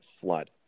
flood